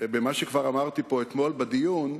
במה שכבר אמרתי פה אתמול בדיון,